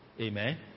amen